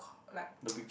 like